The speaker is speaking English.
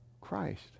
Christ